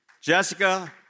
Jessica